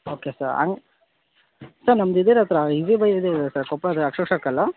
okay sir ಹಂಗ್ sir ನಮ್ದು ಇದು ಇರತ್ತಲ್ಲ ಈಝಿ ಬೈ ಇದೆ ಅಲ್ಲವಾ ಸರ್ ಕೊಪ್ಪಳದ ಅಶೋಕ್ ಸರ್ಕಲ್ಲು